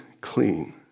clean